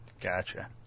Gotcha